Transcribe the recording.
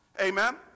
Amen